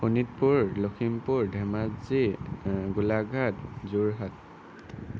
Sonitpur Lakhimpur Dhemaji Golaghat Jorhat